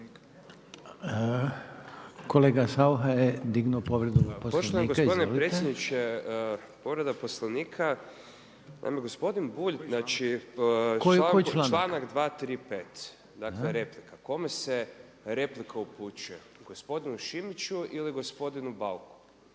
Kolega Saucha je dignuo povredu Poslovnika. **Saucha, Tomislav (SDP)** Poštovani gospodine predsjedniče, povreda Poslovnika. Naime, gospodin Bulj znači, članak 235., dakle replika. Kome se replika upućuje? Gospodinu Šimiću ili gospodinu Bauku?